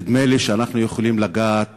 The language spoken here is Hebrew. נדמה לי שאנחנו יכולים לגעת